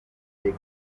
take